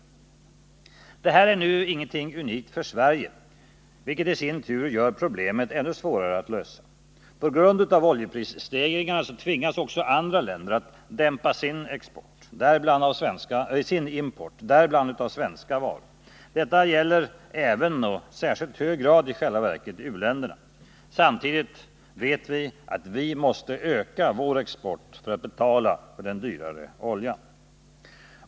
Det här är nu ingenting unikt för Sverige, vilket i sin tur gör problemet svårare att lösa. På grund av oljeprisstegringarna tvingas också andra länder att dämpa sin import — däribland av svenska varor. Detta gäller även, och i själva verket i särskilt hög grad, u-länderna. Samtidigt vet vi att vi måste öka vår export för att betala för den dyrare oljan.